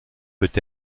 peut